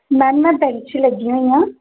ma'am ਮੈਂ bank 'ਚ ਲੱਗੀ ਹੋਈ ਹਾਂ